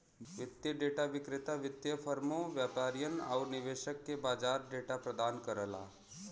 वित्तीय डेटा विक्रेता वित्तीय फर्मों, व्यापारियन आउर निवेशक के बाजार डेटा प्रदान करला